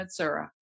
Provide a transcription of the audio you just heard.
Matsura